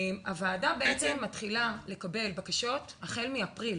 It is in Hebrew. הוועדה בעצם מתחילה לקבל בקשות החל מאפריל.